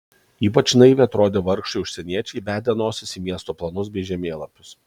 ypač naiviai atrodė vargšai užsieniečiai įbedę nosis į miesto planus bei žemėlapius